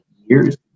years